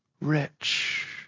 rich